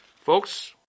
Folks